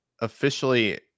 officially